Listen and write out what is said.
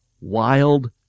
wild